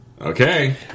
Okay